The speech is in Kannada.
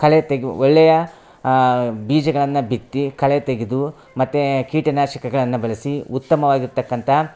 ಕಳೆ ತೆಗೆಯು ಒಳ್ಳೇಯ ಬೀಜಗಳನ್ನು ಬಿತ್ತಿ ಕಳೆ ತೆಗೆದು ಮತ್ತು ಕೀಟ ನಾಶಕಗಳನ್ನು ಬಳಸಿ ಉತ್ತಮವಾಗಿರ್ತಕ್ಕಂಥ